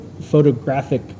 photographic